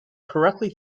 correctly